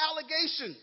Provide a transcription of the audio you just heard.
allegations